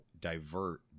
divert